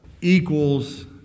equals